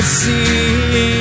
see